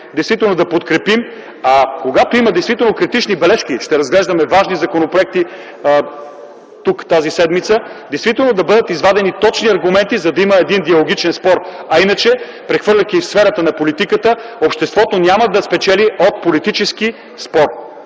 действително да подкрепим, а когато има критични бележки – ще разглеждаме важни законопроекти тук тази седмица, действително да бъдат извадени точни аргументи, за да има един диалогичен спор, а иначе – прехвърляйки в сферата на политиката, обществото няма да спечели от политически спор.